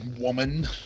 woman